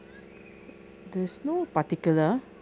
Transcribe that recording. there's no particular